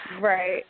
Right